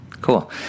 cool